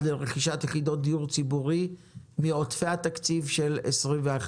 לרכישת יחידות דיור ציבורי מעודפי התקציב של שנת 21,